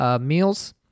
meals